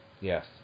Yes